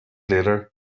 later